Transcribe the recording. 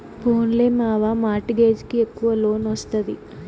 పోన్లే మావా, mortgage కి ఎక్కవ లోన్ ఒస్తాది